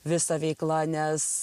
visa veikla nes